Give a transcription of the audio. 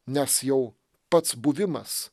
nes jau pats buvimas